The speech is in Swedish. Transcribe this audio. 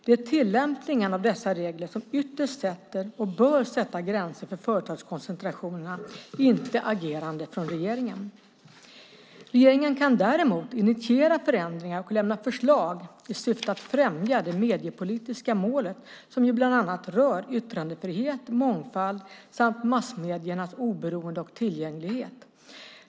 Det är tillämpningen av dessa regler som ytterst sätter och bör sätta gränserna för företagskoncentrationer, inte agerande från regeringen. Regeringen kan däremot initiera förändringar och lämna förslag i syfte att främja det mediepolitiska målet, som ju bland annat rör yttrandefrihet, mångfald samt massmediernas oberoende och tillgänglighet.